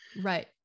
Right